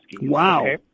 Wow